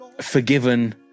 forgiven